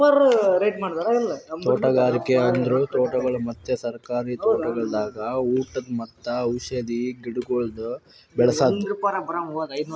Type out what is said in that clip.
ತೋಟಗಾರಿಕೆ ಅಂದುರ್ ತೋಟಗೊಳ್ ಮತ್ತ ಸರ್ಕಾರಿ ತೋಟಗೊಳ್ದಾಗ್ ಊಟದ್ ಮತ್ತ ಔಷಧ್ ಗಿಡಗೊಳ್ ಬೆ ಳಸದ್